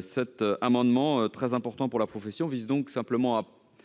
Cet amendement, très important pour la profession, vise donc à